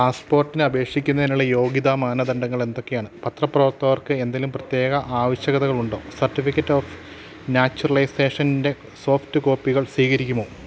പാസ്പോർട്ടിന് അപേക്ഷിക്കുന്നതിനുള്ള യോഗ്യതാ മാനദണ്ഡങ്ങൾ എന്തൊക്കെയാണ് പത്രപ്രവർത്തകർക്ക് എന്തെങ്കിലും പ്രത്യേക ആവശ്യകതകളുണ്ടോ സർട്ടിഫിക്കറ്റ് ഓഫ് നാച്യുറലൈസേഷൻ്റെ സോഫ്റ്റ് കോപ്പികൾ സ്വീകരിക്കുമോ